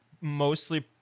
mostly